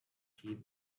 keep